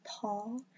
Paul